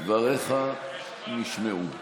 דבריך נשמעו.